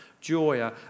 joy